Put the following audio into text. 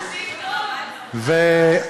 אותך